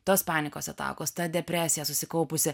tos panikos atakos ta depresija susikaupusi